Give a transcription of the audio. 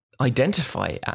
identify